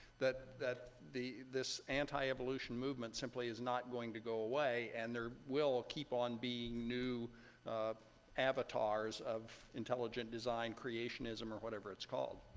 that that this anti-evolution movement simply is not going to go away. and there will keep on being new avatars of intelligent design, creationism, or whatever it's called.